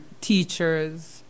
teachers